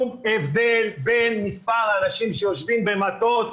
בין מספר האנשים שיושבים במטוס